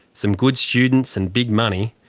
some good students, and big money,